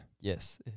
Yes